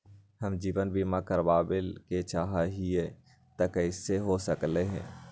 हम जीवन बीमा कारवाबे के चाहईले, हो सकलक ह?